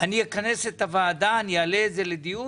אני אכנס את הוועדה, אני אעלה את זה לדיון